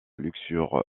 luxure